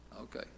Okay